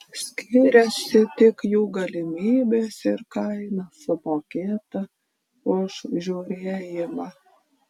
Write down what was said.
skiriasi tik jų galimybės ir kaina sumokėta už žiūrėjimą